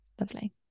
lovely